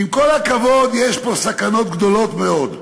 ועם כל הכבוד, יש פה סכנות גדולות מאוד.